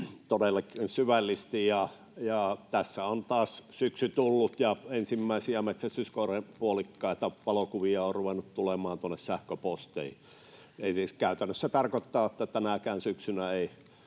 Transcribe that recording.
todella syvällisesti. Tässä on taas syksy tullut, ja ensimmäisiä metsästyskoiran puolikkaita, valokuvia on ruvennut tulemaan sähköposteihin. Siis käytännössä tarkoittaa, että tänäkään syksynä ei